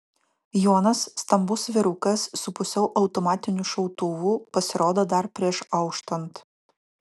jonas stambus vyrukas su pusiau automatiniu šautuvu pasirodo dar prieš auštant